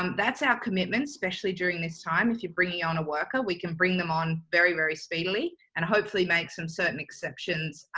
um that's our commitment, especially during this time, if you're bringing on a worker, we can bring them on very, very speedily, and hopefully make some certain exceptions,